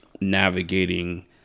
navigating